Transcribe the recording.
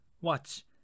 watch